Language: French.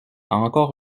encore